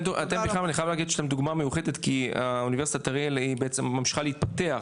אני חייב להגיד שאתם דוגמה מיוחדת כי אוניברסיטת אריאל ממשיכה להתפתח,